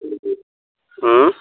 ہاں